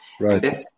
Right